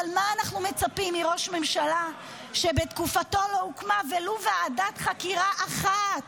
אבל מה אנחנו מצפים מראש ממשלה שבתקופתו לא הוקמה ולו ועדת חקירה אחת?